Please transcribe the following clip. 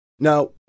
Now